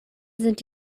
sind